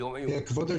יום עיון.